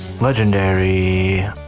Legendary